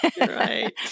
right